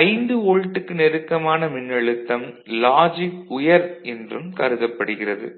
5 வோல்ட்டுக்கு நெருக்கமான மின்னழுத்தம் லாஜிக் உயர் என்றும் கருதப்படுகிறது